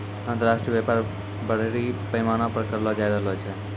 अन्तर्राष्ट्रिय व्यापार बरड़ी पैमाना पर करलो जाय रहलो छै